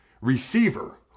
receiver